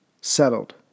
settled